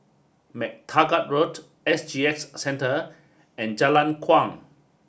Mac Taggart Road S G X Centre and Jalan Kuang